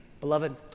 Beloved